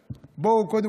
יודע,